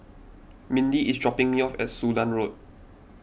Mindy is dropping me off at Sudan Road